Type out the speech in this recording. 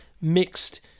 mixed